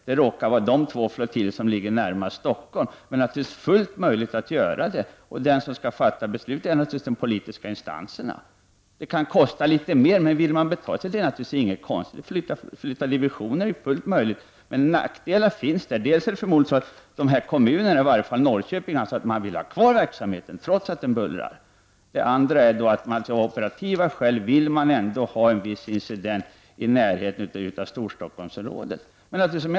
Det råkar vara de två flottiljer som ligger närmast Stockholm. Men det är fullt möjligt att göra det. Och de som skall fatta beslutet är de politiska instanserna. Det kan kosta litet mer, men vill man betala är det naturligtvis inget konstigt att flytta divisioner. Men nackdelar finns det. För det första är det förmodligen så att kommunerna — i varje fall Norrköping — vill ha verksamheten kvar trots bullret. För det andra vill man av operativa skäl ändå ha en viss verksamhet i närheten av Storstockholmsområdet.